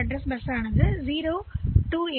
எனவே பிசி மதிப்பு 0 2 ஆக புதுப்பிக்கப்படுகிறது